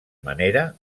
manera